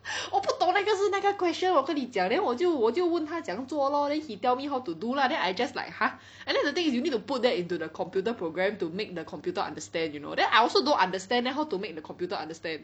我不懂那个是那个 question 我跟你讲 then 我就我就问他怎么样做 lor then he tell me how to do lah then I just like !huh! and then the thing is you need to put that into the computer program to make the computer understand you know then I also don't understand then how to make the computer understand